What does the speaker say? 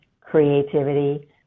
creativity